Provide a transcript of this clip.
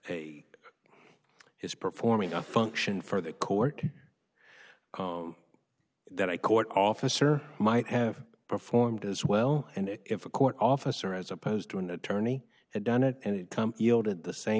is performing a function for the court that i court officer might have performed as well and if a court officer as opposed to an attorney had done it and come out at the same